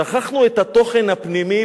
שכחנו את התוכן הפנימי,